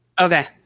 Okay